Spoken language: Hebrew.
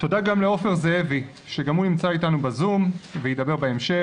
תודה גם לעופר זאבי שנמצא איתנו בזום וידבר בהמשך,